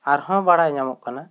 ᱟᱨᱦᱚᱸ ᱵᱟᱲᱟᱭ ᱧᱟᱢᱚᱜ ᱠᱟᱱᱟ